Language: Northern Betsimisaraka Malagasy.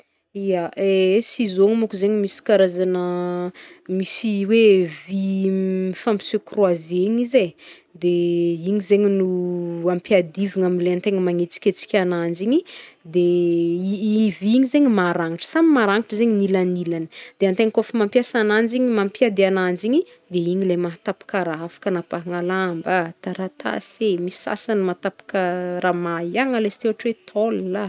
Ya, ehe ciseau-gno môko zegny misy karazana, misy hoe vy mifampi-se croiser igny izy e, de igny zegny no ampiadivagna amle antegna magnetsiketsika agnanjy igny de i i vy igny zegny maragnitra, samy maragnitra zegny gn'ilagny gn'ilagny de antegna kaofa mampiasa agnanjy igny de igny le mahatapaka raha afaka hanapahana lamba a, taratasy e, misy sasany mahatapaka raha mahiagna lasite ôhatra hoe tôle a.